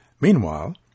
Meanwhile